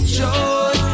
joy